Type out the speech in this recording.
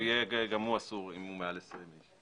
גם הוא יהיה אסור אם הוא עם מעל 20 אנשים.